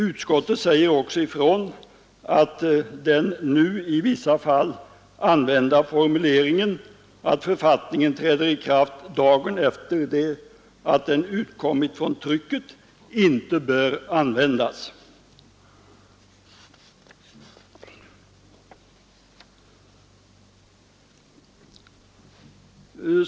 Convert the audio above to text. Utskottet säger också ifrån att den nu i vissa fall använda formuleringen att författningen träder i kraft dagen efter det att den utkommit från trycket inte bör användas.